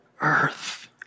earth